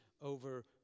over